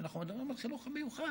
כשאנחנו מדברים על החינוך המיוחד.